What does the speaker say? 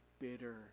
bitter